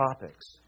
topics